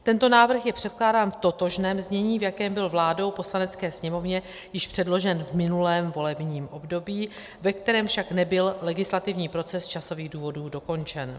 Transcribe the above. Tento návrh je předkládán v totožném znění, v jakém byl vládou Poslanecké sněmovně již předložen v minulém volebním období, ve kterém však nebyl legislativní proces z časových důvodů dokončen.